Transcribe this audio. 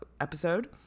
episode